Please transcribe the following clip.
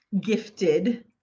gifted